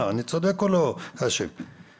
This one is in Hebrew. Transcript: חברים, אני אתחיל בנימה אישית לגבי הדיון.